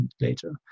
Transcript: later